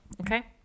Okay